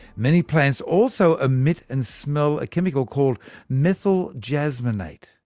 many plants also emit and smell a chemical called methyl jasmonate,